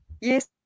Yes